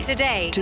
Today